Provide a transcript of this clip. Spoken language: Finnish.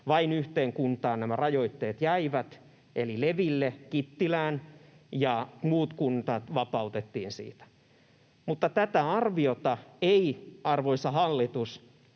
vain yhteen kuntaan nämä rajoitteet jäivät, eli Leville, Kittilään, ja muut kunnat vapautettiin siitä. Mutta tätä arviota ette, arvoisa hallitus,